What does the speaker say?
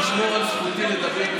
תשמור על זכותי לדבר.